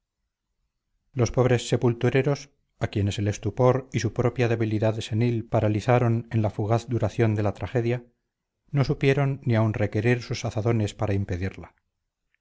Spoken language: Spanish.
los pobres sepultureros a quienes el estupor y su propia debilidad senil paralizaron en la fugaz duración de la tragedia no supieron ni aun requerir sus azadones para impedirla